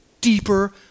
Deeper